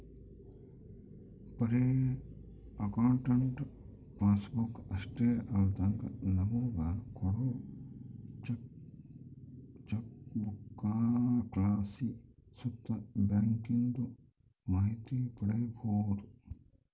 ಬರೇ account passbook ಅಷ್ಟೇ ಅಲ್ದಂಗ ನಮುಗ ಕೋಡೋ ಚೆಕ್ಬುಕ್ಲಾಸಿ ಸುತ ಬ್ಯಾಂಕಿಂದು ಮಾಹಿತಿ ಪಡೀಬೋದು